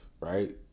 right